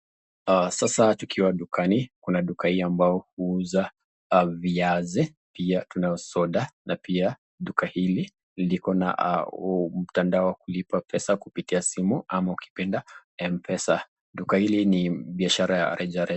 Sasa tukiwa dukani ambayo huuza viazi, pia soda na pia duka hili likona la mutandao kulipa kupitia simu ama mpesa duka hili ni la biashara rejareja.